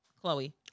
Chloe